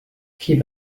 كيف